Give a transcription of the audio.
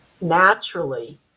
naturally